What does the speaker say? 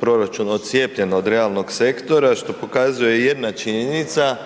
proračun odcijepljen od realnog sektora što pokazuje jedna činjenica